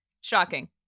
Shocking